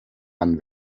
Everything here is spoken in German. man